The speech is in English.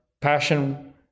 passion